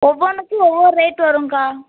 ஒவ்வொன்றுக்கும் ஒவ்வொரு ரேட் வருங்க்கா